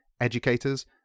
educators